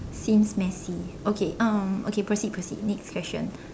seems messy okay um okay proceed proceed next question